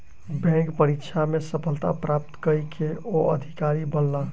bank परीक्षा में सफलता प्राप्त कय के ओ अधिकारी बनला